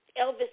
Elvis